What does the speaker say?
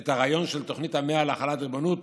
את הרעיון של תוכנית המאה להחלת ריבונות